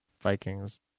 Vikings